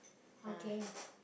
okay